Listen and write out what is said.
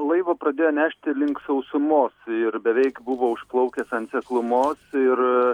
laivą pradėjo nešti link sausumos ir beveik buvo užplaukęs ant seklumos ir